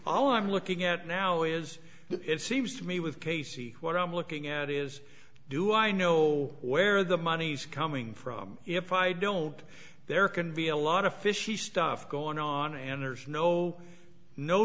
all i'm looking at now is it seems to me with casey what i'm looking at is do i know where the money's coming from if i don't there can be a lot of fishy stuff going on and there's no no